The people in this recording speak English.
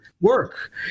work